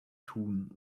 tun